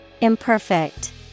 Imperfect